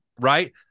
right